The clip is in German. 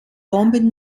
bomben